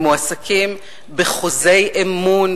הם מועסקים בחוזי אמון,